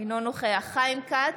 אינו נוכח חיים כץ,